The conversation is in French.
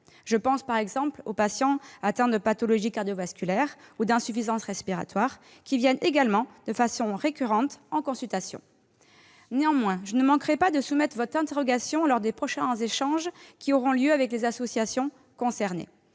Je pense, par exemple, aux patients atteints de pathologies cardio-vasculaires ou d'insuffisance respiratoire, qui viennent également de manière récurrente en consultation. Néanmoins, je ne manquerai pas de soumettre votre interrogation lors des prochains échanges qui auront lieu avec les associations concernées.